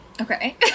Okay